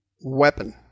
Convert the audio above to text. weapon